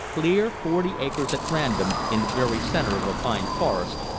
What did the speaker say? clear forty acres at random in the very center of a pine forest,